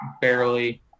barely